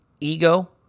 ego